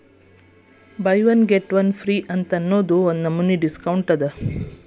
by one get one free ಅಂತ್ ಅನ್ನೂದು ಒಂದ್ ನಮನಿ ಡಿಸ್ಕೌಂಟ್ ಅದ